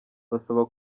basaba